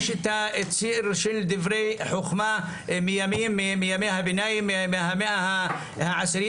יש את הציר של דברי חוכמה מימי הביניים מהמאה ה-10,